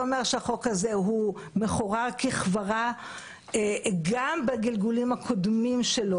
זה אומר שהחוק הזה מחורר ככברה גם בגלגולים הקודמים שלו,